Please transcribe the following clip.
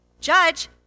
judge